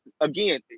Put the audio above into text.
again